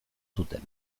zuten